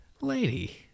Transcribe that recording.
Lady